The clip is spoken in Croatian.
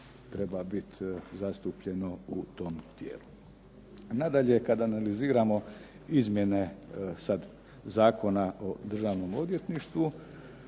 treba biti zastupljeno u tom tijelu. Nadalje, kad analiziramo izmjene sad Zakona o Državnom odvjetništvu,